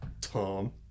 Tom